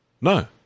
No